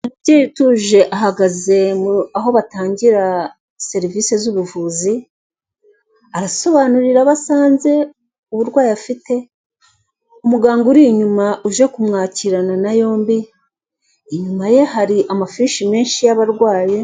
Umubyeyi utuje ahagaze aho batangira serivisi z'ubuvuzi arasobanurira abo asanze uburwayi afite, umuganga uri inyuma uje kumwakirana na yombi inyuma ye hari amafishi menshi y'abarwaye.